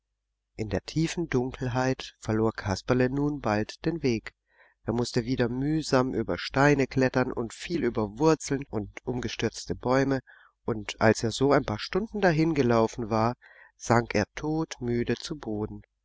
in der tiefen dunkelheit verlor kasperle nun bald den weg er mußte wieder mühsam über steine klettern und fiel über wurzeln und umgestürzte bäume und als er so ein paar stunden dahingelaufen war sank er todmüde zu boden